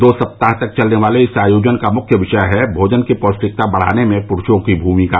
दो सप्ताह तक चलने वाले इस आयोजन का मुख्य विषय है भोजन की पौष्टिकता बढ़ाने में पुरुषों की भूमिका